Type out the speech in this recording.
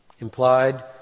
Implied